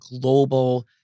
global